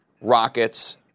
rockets